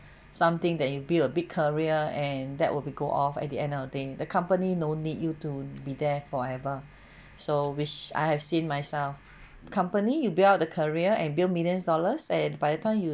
something that you build a big career and that will be go off at the end of the day the company no need you to be there forever so which I have seen myself company you build up a career and build millions dollars said by the time you